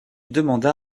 demanda